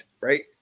right